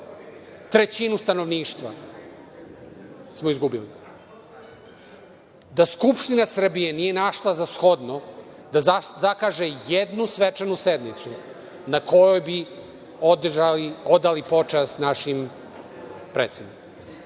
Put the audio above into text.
trećinu stanovništva, a da Skupština Srbije nije našla za shodno da zakaže jednu svečanu sednicu na kojoj bi odali počast našim precima. Građani